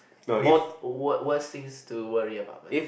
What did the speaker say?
more wor~ worse things to worry about man